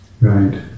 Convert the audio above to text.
right